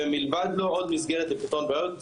ומלבד לו עוד מסגרת לפתרון בעיות,